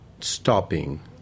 stopping